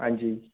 हां जी